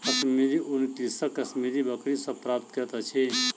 कश्मीरी ऊन कृषक कश्मीरी बकरी सॅ प्राप्त करैत अछि